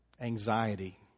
anxiety